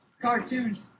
cartoons